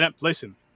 Listen